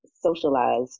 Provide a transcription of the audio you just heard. socialized